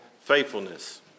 faithfulness